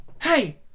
Hey